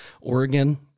Oregon